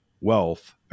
wealth